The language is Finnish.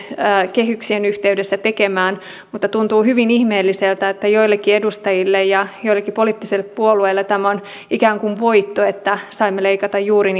kehyksien yhteydessä tekemään mutta tuntuu hyvin ihmeelliseltä että joillekin edustajille ja poliittisille puolueille tämä on ikään kuin voitto että saivat leikata juuri